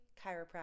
chiropractic